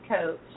coach